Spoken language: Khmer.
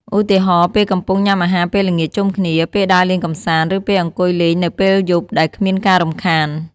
ឧទាហរណ៍ ពេលកំពុងញ៉ាំអាហារពេលល្ងាចជុំគ្នា ពេលដើរលេងកម្សាន្ត ឬពេលអង្គុយលេងនៅពេលយប់ដែលគ្មានការរំខាន។